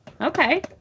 Okay